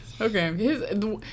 Okay